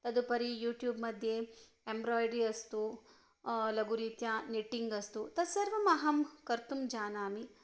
तदुपरि यूट्यूब् मध्ये एम्ब्राय्डरि अस्तु लघुरीत्या निट्टिङ्ग् अस्तु तस्सर्वम् अहं कर्तुं जानामि